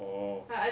orh